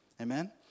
Amen